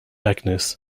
agnes